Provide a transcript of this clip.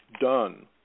done